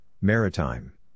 Maritime